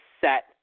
set